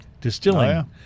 Distilling